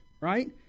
right